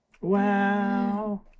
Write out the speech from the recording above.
Wow